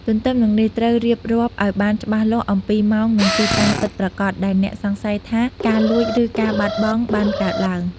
ទទ្ទឹមនឹងនេះ ត្រូវរៀបរាប់ឲ្យបានច្បាស់លាស់អំពី ម៉ោង និងទីតាំងពិតប្រាកដ ដែលអ្នកសង្ស័យថាការលួច ឬការបាត់បង់បានកើតឡើង។